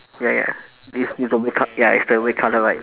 ya ya is with the red co~ ya it's the red colour right